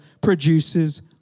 produces